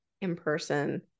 in-person